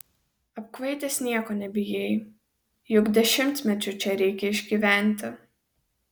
apkvaitęs nieko nebijai juk dešimtmečiui čia reikia išgyventi